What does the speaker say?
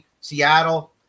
Seattle